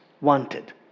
wanted